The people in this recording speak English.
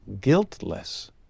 guiltless